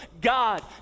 God